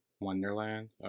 Wonderland